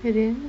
இரு:iru